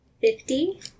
Fifty